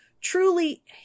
truly